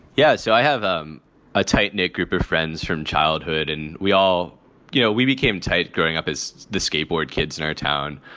yeah. so i have a um ah tight knit group of friends from childhood and we all know yeah we became tight. growing up as the skateboard kids in our town.